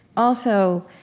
also,